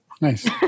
Nice